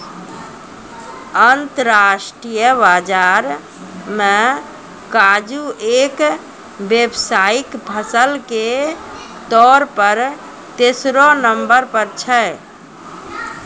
अंतरराष्ट्रीय बाजार मॅ काजू एक व्यावसायिक फसल के तौर पर तेसरो नंबर पर छै